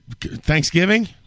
Thanksgiving